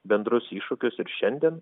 bendrus iššūkius ir šiandien